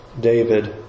David